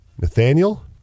nathaniel